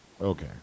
okay